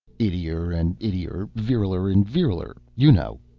ittier and ittier viriler and viriler' you know.